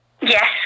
Yes